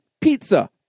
pizza